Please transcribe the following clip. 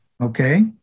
okay